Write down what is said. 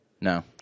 No